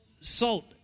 salt